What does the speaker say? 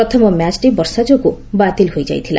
ପ୍ରଥମ ମ୍ୟାଚଟି ବର୍ଷା ଯୋଗୁଁ ବାତିଲ ହୋଇଯାଇଥିଲା